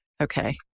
Okay